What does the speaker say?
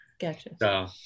Gotcha